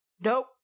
Nope